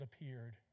appeared